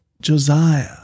Josiah